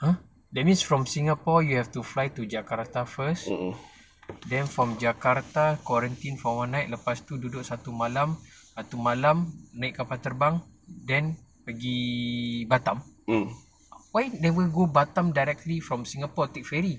!huh! that means from singapore you have to fly to jakarta first then from jakarta quarantine for one night lepas tu duduk satu malam satu malam naik kapal terbang then pergi batam why never go batam directly from singapore take ferry